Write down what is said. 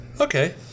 Okay